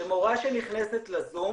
שמורה שנכנסת לזום